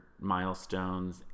milestones